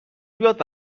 بیاد